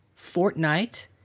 Fortnite